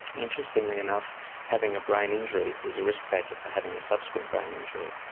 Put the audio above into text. interestingly enough having a brain injury is a risk factor for having a subsequent brain injury.